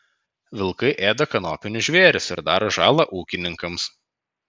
vilkai ėda kanopinius žvėris ir daro žalą ūkininkams